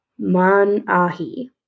Manahi